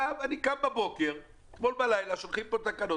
אתמול בלילה שלחו תקנות,